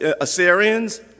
Assyrians